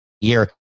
year